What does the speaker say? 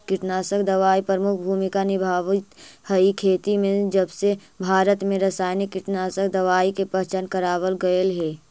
कीटनाशक दवाई प्रमुख भूमिका निभावाईत हई खेती में जबसे भारत में रसायनिक कीटनाशक दवाई के पहचान करावल गयल हे